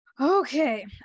Okay